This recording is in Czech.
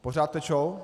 Pořád tečou?